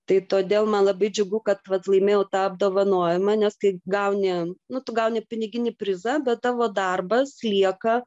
tai todėl man labai džiugu kad vat laimėjau tą apdovanojimą nes kai gauni nu tu gauni piniginį prizą bet tavo darbas lieka